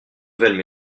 nouvelle